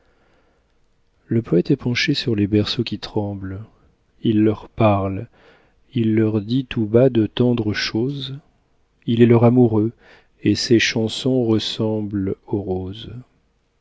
le poëte est penché sur les berceaux qui tremblent il leur parle il leur dit tout bas de tendres choses il est leur amoureux et ses chansons ressemblent aux roses